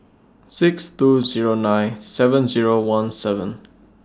six two Zero nine seven Zero one seven